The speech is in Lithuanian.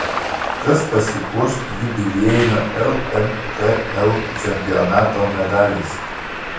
kas pasipuoš jubiliejinio lmkl čempionato medaliais